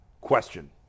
question